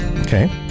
Okay